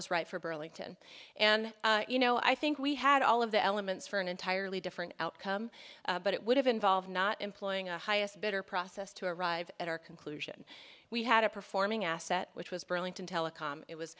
was right for burlington and you know i think we had all of the elements for an entirely different outcome but it would have involved not employing a better process to arrive at our conclusion we had a performing asset which was burlington telecom it was